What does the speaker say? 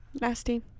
Nasty